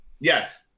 Yes